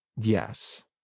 yes